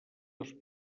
dos